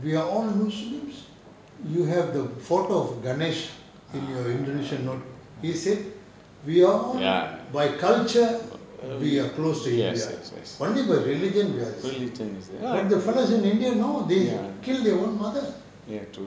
we are all muslims you have the photo of ganesh on your indonesian note he said we all by culture we are close to india only by religion but the fellows in india no they kill their own mother